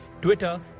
Twitter